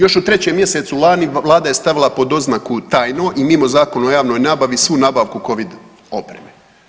Još u trećem mjesecu lani Vlada je stavila pod oznaku tajno i mimo Zakona o javnoj nabavi svu nabavku covid opreme.